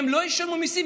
הם לא ישלמו מיסים.